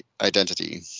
identity